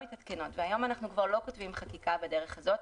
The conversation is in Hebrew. היום אנחנו כבר לא כותבים חקיקה בדרך הזאת,